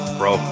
bro